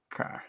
Okay